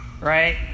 right